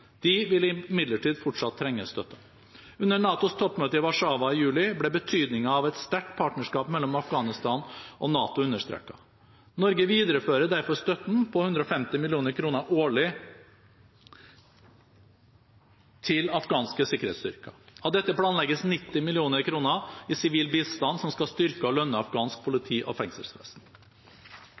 De vil imidlertid fortsatt trenge støtte. Under NATOs toppmøte i Warszawa i juli ble betydningen av et sterkt partnerskap mellom Afghanistan og NATO understreket. Norge viderefører derfor støtten på 150 mill. kr årlig til afghanske sikkerhetsstyrker. Av dette planlegges 90 mill. kr i sivil bistand, som skal styrke og lønne afghansk politi og fengselsvesen.